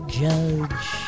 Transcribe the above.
judge